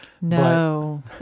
no